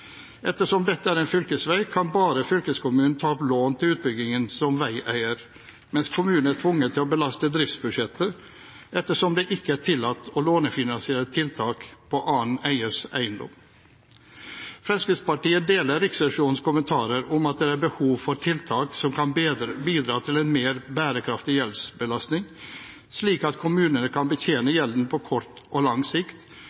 Ettersom dette er en fylkesvei, kan bare fylkeskommunen ta opp lån til utbyggingen som veieier, mens kommunen er tvunget til å belaste driftsbudsjettet ettersom det ikke er tillatt å lånefinansiere tiltak på annen eiers eiendom. Fremskrittspartiet deler Riksrevisjonens kommentarer om at det er behov for tiltak som kan bidra til en mer bærekraftig gjeldsbelastning, slik at kommunene kan betjene gjelden på kort og lang sikt